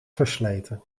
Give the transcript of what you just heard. versleten